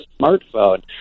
smartphone